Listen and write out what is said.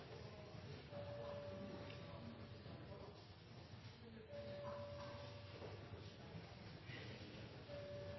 her